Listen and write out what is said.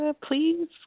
please